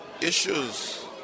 issues